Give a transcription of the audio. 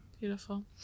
Beautiful